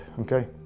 okay